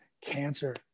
Cancer